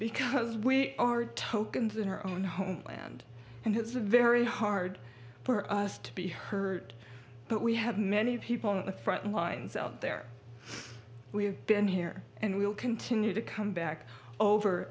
because we are tokens in our own homeland and it's very hard for us to be heard but we have many people on the frontlines out there we have been here and we will continue to come back over